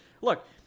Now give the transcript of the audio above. look